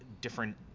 different